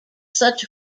such